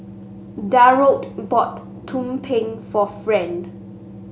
Darold bought tumpeng for Friend